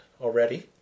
already